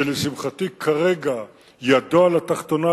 שלשמחתי כרגע ידו על התחתונה,